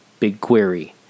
BigQuery